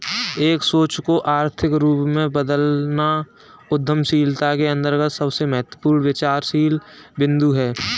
एक सोच को आर्थिक रूप में बदलना उद्यमशीलता के अंतर्गत सबसे महत्वपूर्ण विचारशील बिन्दु हैं